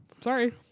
sorry